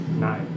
Nine